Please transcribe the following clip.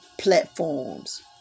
platforms